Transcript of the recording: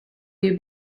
you